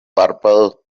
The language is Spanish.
párpados